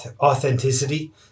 authenticity